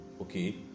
okay